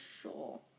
sure